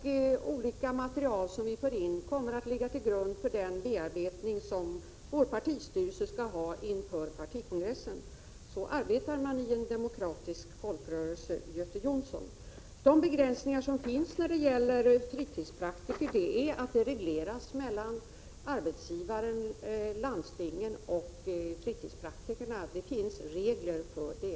Det material som vi får in kommer att ligga till grund för den bearbetning som vår partistyrelse skall göra inför partikongressen. Så arbetar man i en demokratisk folkrörelse, Göte Jonsson. De begränsningar som finns när det gäller fritidspraktiker innebär att detta regleras mellan arbetsgivaren — landstingen — och fritidspraktikerna. Det finns regler för det.